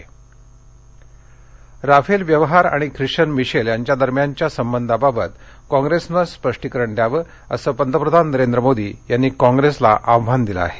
पंतप्रधान राफेल व्यवहार आणि ख्रिश्वन मिशेल यांच्या दरम्यानच्या संबधाबाबत काँप्रेसनं स्पष्टीकरण द्यावं असं पंतप्रधान नरेंद्र मोदी यांनी कॉप्रेसला आव्हान दिलं आहे